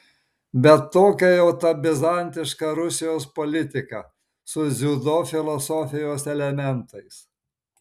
bet tokia jau ta bizantiška rusijos politika su dziudo filosofijos elementais